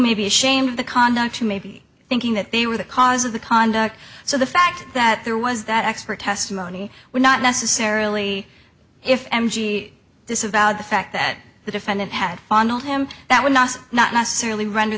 may be ashamed of the condo to maybe thinking that they were the cause of the conduct so the fact that there was that expert testimony would not necessarily if m g b disavowed the fact that the defendant had fondled him that would not not necessarily ren